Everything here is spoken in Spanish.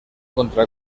contra